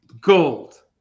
gold